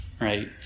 right